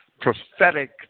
prophetic